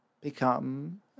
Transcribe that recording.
become